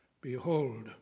Behold